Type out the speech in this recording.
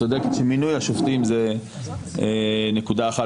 את צודקת שמינוי השופטים זו נקודה אחת